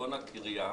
בצפון הקריה,